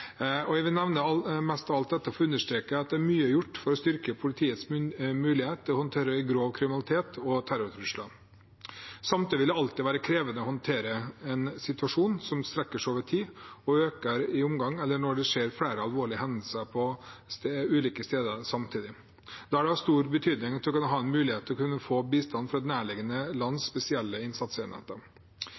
å håndtere grov kriminalitet og terrortrusler. Samtidig vil det alltid være krevende å håndtere en situasjon som strekker seg over tid og øker i omfang, eller når det skjer flere alvorlige hendelser på ulike steder samtidig. Da er det av stor betydning at man kan ha en mulighet til å kunne få bistand fra et nærliggende lands spesielle innsatsenheter.